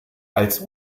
als